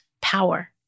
power